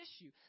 issue